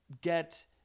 get